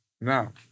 Now